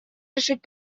решить